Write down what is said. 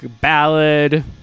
ballad